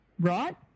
Right